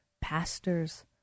pastors